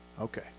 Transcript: Okay